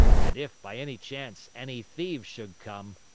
and if, by any chance, any thieves should come,